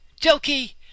Jokey